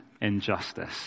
injustice